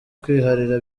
kwiharira